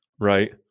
Right